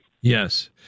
Yes